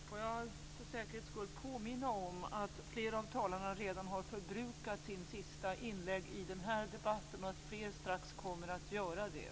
Får jag för säkerhets skull påminna om att flera av talarna redan har förbrukat sitt sista inlägg i den här debatten och att fler strax kommer att göra det.